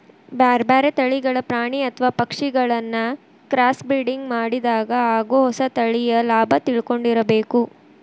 ಬ್ಯಾರ್ಬ್ಯಾರೇ ತಳಿಗಳ ಪ್ರಾಣಿ ಅತ್ವ ಪಕ್ಷಿಗಳಿನ್ನ ಕ್ರಾಸ್ಬ್ರಿಡಿಂಗ್ ಮಾಡಿದಾಗ ಆಗೋ ಹೊಸ ತಳಿಯ ಲಾಭ ತಿಳ್ಕೊಂಡಿರಬೇಕು